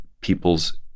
people's